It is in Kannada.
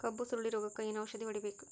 ಕಬ್ಬು ಸುರಳೀರೋಗಕ ಏನು ಔಷಧಿ ಹೋಡಿಬೇಕು?